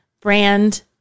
brand